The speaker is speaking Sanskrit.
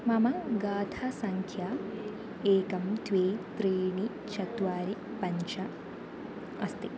मम गाथासङ्ख्या एकं द्वे त्रीणि चत्वारि पञ्च अस्ति